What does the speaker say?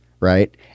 Right